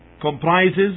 comprises